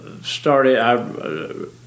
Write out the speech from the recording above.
started